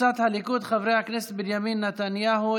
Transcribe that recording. קבוצת סיעת הליכוד: חברי הכנסת בנימין נתניהו,